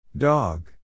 Dog